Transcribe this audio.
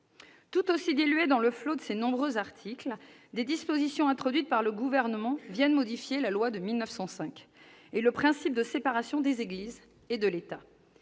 Tout aussi diluées dans le flot de ces nombreux articles, des dispositions introduites par le Gouvernement modifient la loi de 1905 et le principe de séparation des Églises et de l'État,